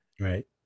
Right